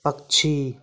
पक्षी